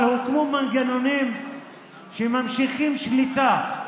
אבל הוקמו מנגנונים שממשיכים שליטה,